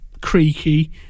creaky